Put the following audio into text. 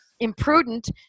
imprudent